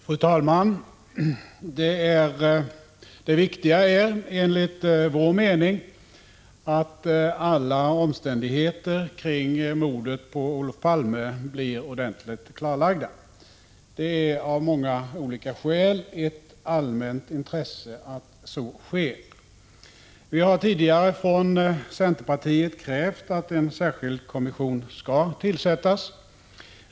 Fru talman! Det viktiga är enligt vår mening att alla omständigheter kring mordet på Olof Palme blir ordentligt klarlagda. Det är av många olika skäl ett allmänt intresse att så sker. Vi har tidigare från centerpartiet krävt att en särskilt kommission skall tillsättas.